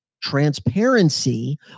transparency